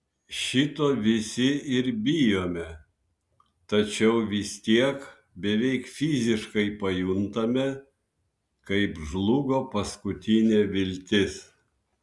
šito visi ir bijojome tačiau vis tiek beveik fiziškai pajuntame kaip žlugo paskutinė viltis